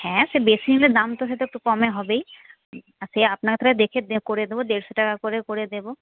হ্যাঁ সে বেশী হলে দাম সে তো একটু কমে হবেই সে আপনারটা দেখে করে দেব দেড়শো টাকা করে দেব